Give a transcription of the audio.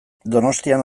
donostian